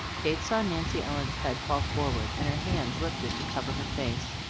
kate saw nancy ellen's head fall forward, and her hands lifted to cover her face.